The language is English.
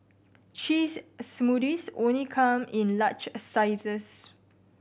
cheese smoothies only come in large sizes